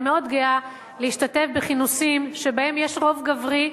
אני מאוד גאה להשתתף בכינוסים שבהם יש רוב גברי,